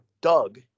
Doug